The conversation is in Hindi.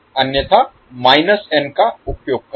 अन्यथा n का उपयोग करें